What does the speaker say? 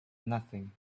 nothing